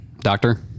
Doctor